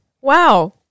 Wow